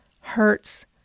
hurts